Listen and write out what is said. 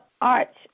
arch